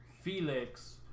Felix